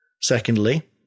Secondly